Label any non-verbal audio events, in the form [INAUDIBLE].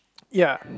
[NOISE] ya